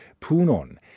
Punon